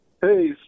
Hey